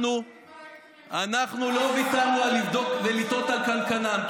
אנחנו לא ויתרנו על לבדוק ולתהות על קנקנם.